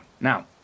Now